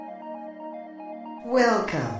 Welcome